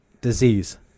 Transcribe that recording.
disease